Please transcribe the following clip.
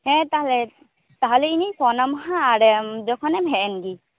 ᱦᱮᱸ ᱛᱟᱦᱟᱞᱮ ᱛᱟᱦᱟᱞᱮ ᱤᱧᱤᱧ ᱯᱷᱳᱱᱟᱢ ᱦᱟ ᱟᱞᱮ ᱡᱚᱠᱷᱚᱱᱮᱢ ᱦᱮᱡᱽ ᱮᱱᱜᱮ